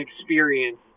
experience